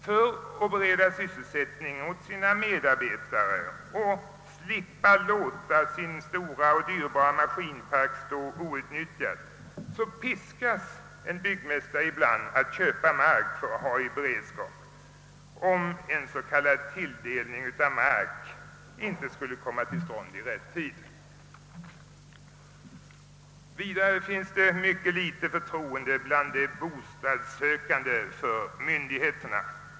För att bereda sysselsättning åt sina medarbetare och slippa låta sin stora och dyrbara maskinpark stå outnyttjad piskas en byggmästare ibland att köpa mark för att ha i beredskap, om en s.k. tilldelning av mark inte skulle komma till stånd i rätt tid. Vidare finns det mycket litet förtroende bland de bostadssökande för myndigheterna.